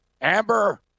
Amber